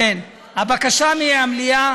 הבקשה מהמליאה